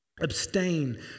abstain